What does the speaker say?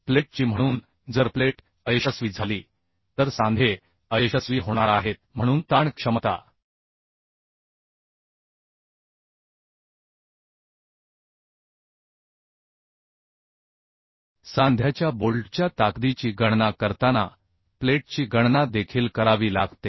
प्लेटची म्हणून जर प्लेट अयशस्वी झाली तर सांधे अयशस्वी होणार आहेत म्हणून ताण क्षमता सांध्याच्या बोल्टच्या ताकदीची गणना करताना प्लेटची गणना देखील करावी लागते